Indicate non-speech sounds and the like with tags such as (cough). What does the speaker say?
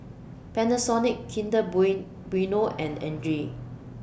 Panasonic Kinder (unintelligible) Bueno and Andre